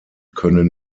können